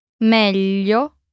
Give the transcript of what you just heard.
Meglio